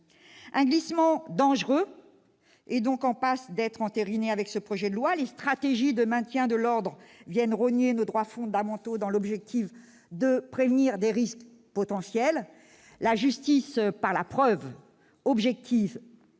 Un glissement dangereux est en passe d'être entériné avec ce projet de loi : les stratégies de maintien de l'ordre viennent rogner nos droits fondamentaux afin de prévenir des risques potentiels. La justice par la preuve objective est